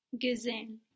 gesehen